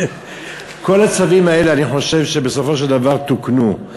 כל הצווים האלה אני חושב שבסופו של דבר תוקנו.